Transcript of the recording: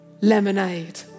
lemonade